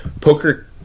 poker